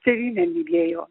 tėvynę mylėjo